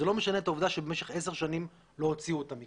זה לא משנה את העובדה שבמשך 10 לא הוציאו אותם מכאן,